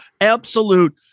Absolute